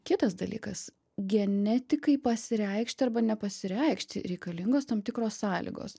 kitas dalykas genetikai pasireikšti arba nepasireikšti reikalingos tam tikros sąlygos